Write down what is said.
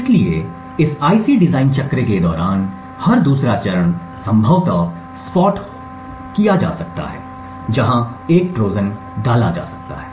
इसलिए इस IC design चक्र के दौरान हर दूसरा चरण संभवतः स्पॉट हो सकता है जहां एक ट्रोजन डाला जा सकता है